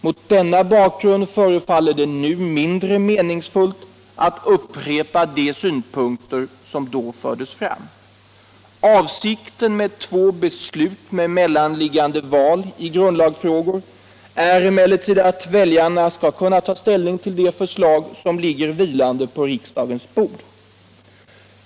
Mot denna bakgrund förefaller det nu mindre meningsfullt atl upprepa de synpunkter som då fördes fram. Avsikten med två beslut med mellanliggande val i grundlagsfrågor är emellertid att väljarna skall kunna ta ställning till de förslag som ligger vilande på riksdagens bord.